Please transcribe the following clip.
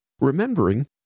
remembering